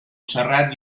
serrat